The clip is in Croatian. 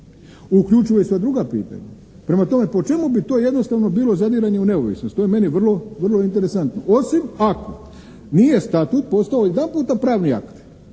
Uključuje se sad druga pitanja. Prema tome po čemu bi to jednostavno bilo zadiranje u neovisnost? To je meni vrlo interesantno. Osim ako nije statut postao jedanputa pravni akt